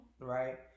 right